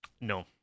No